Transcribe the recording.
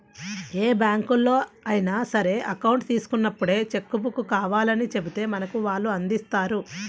ఏ బ్యాంకులో అయినా సరే అకౌంట్ తీసుకున్నప్పుడే చెక్కు బుక్కు కావాలని చెబితే మనకు వాళ్ళు అందిస్తారు